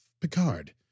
Picard